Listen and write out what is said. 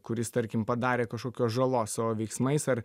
kuris tarkim padarė kažkokios žalos savo veiksmais ar